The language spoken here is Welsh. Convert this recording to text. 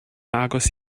agos